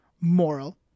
moral